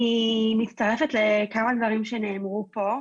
אני מצטרפת לכמה דברים שנאמרו פה.